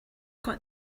got